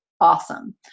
awesome